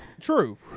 True